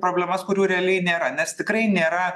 problemas kurių realiai nėra nes tikrai nėra